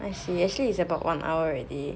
I see actually it's about one hour already